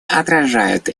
отражают